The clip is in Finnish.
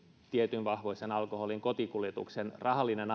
tietyn vahvuisen alkoholin kotiinkuljetuksen rahallinen